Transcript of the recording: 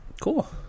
Cool